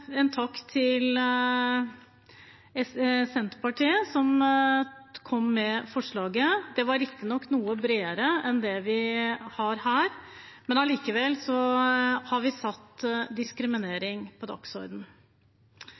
en takk til Senterpartiet, som kom med forslaget. Det var riktignok noe bredere enn det vi har her, allikevel har vi satt diskriminering på